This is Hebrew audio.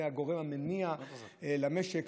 זה הגורם המניע למשק,